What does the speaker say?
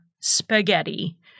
spaghetti